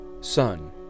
Son